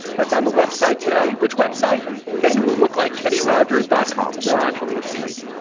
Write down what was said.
that's on the website today. which web site. men who look like kenny rogers dot com. no actually at slate.